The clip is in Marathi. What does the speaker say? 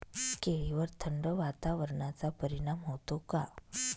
केळीवर थंड वातावरणाचा परिणाम होतो का?